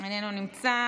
לא נמצאת,